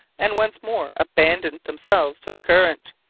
and once more abandoned themselves to the current,